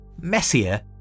messier